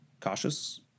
cautious